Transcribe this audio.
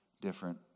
different